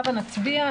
הבה נצביע,